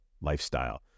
lifestyle